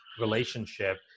relationship